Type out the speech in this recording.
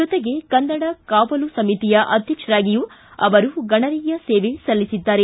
ಜೊತೆಗೆ ಕನ್ನಡ ಕಾವಲು ಸಮಿತಿಯ ಅಧ್ಯಕ್ಷರಾಗಿಯೂ ಅವರು ಗಣನೀಯ ಸೇವೆ ಸಲ್ಲಿಸಿದ್ದಾರೆ